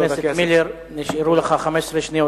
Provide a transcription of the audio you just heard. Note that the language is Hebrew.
חבר הכנסת מילר, נשארו לך 15 שניות.